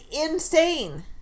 insane